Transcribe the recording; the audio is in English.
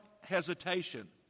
hesitation